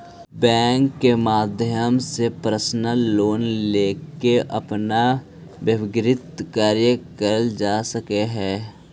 bank के माध्यम से पर्सनल लोन लेके अपन व्यक्तिगत कार्य कैल जा सकऽ हइ